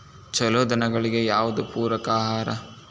ಛಲೋ ದನಗಳಿಗೆ ಯಾವ್ದು ಪೂರಕ ಆಹಾರ?